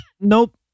Nope